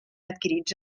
adquirits